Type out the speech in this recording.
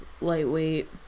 lightweight